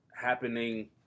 happening